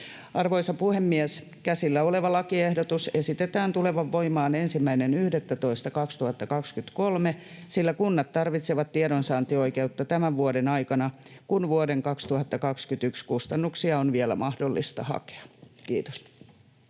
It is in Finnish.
Arvoisa puhemies! Käsillä oleva lakiehdotus esitetään tulevan voimaan 1.11.2023, sillä kunnat tarvitsevat tiedonsaantioikeutta tämän vuoden aikana, kun vuoden 2021 kustannuksia on vielä mahdollista hakea. — Kiitos.